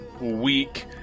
week